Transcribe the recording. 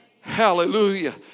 Hallelujah